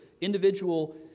individual